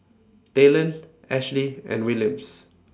Talen Ashlee and Williams